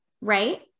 right